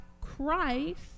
Christ